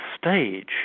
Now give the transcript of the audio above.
stage